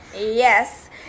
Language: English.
Yes